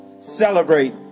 celebrate